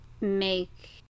make